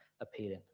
appealing